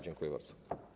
Dziękuję bardzo.